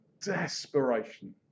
desperation